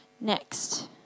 Next